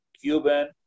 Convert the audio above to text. Cuban